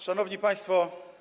Szanowni Państwo!